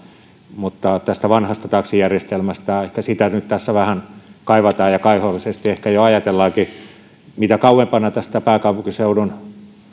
mutta tätä vanhaa taksijärjestelmää tässä ehkä nyt vähän kaivataan ja kaihoisasti ehkä jo ajatellaankin mitä kauempana tästä pääkaupunkiseudun